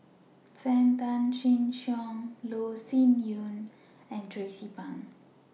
SAM Tan Chin Siong Loh Sin Yun and Tracie Pang